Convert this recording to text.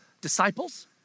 disciples